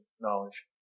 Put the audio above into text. knowledge